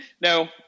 No